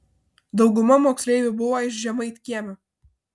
dauguma moksleivių buvo iš žemaitkiemio